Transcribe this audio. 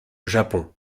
japon